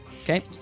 Okay